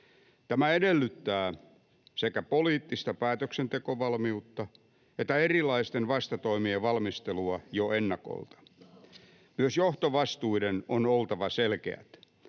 Tämä edellyttää sekä poliittista päätöksentekovalmiutta että erilaisten vastatoimien valmistelua jo ennakolta. Myös johtovastuiden on oltava selkeät.